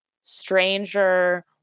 stranger